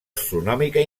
astronòmica